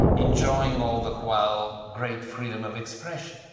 enjoying all the while great freedom of expression.